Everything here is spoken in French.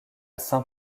saint